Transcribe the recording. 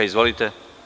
Izvolite.